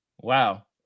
Wow